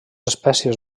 espècies